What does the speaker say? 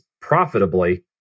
profitably